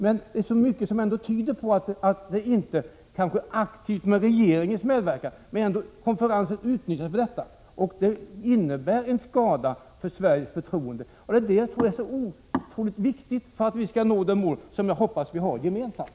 Men det är så mycket som tyder på att konferensen utnyttjats — även om det kanske inte skett aktivt med regeringens medverkan — för sådant som jag beskrivit. Det innebär att förtroendet för Sverige skadas, och jag anser att det är synnerligen viktigt att man undviker skada härvidlag, så att vi i stället kan nå det mål som jag tror att vi har gemensamt.